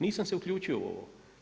Nisam se uključio u ovo.